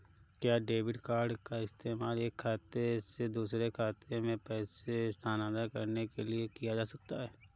क्या debit card का इस्तेमाल एक खाते से दूसरे खाते में पैसे स्थानांतरण करने के लिए किया जा सकता है?